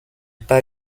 pas